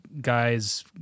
guys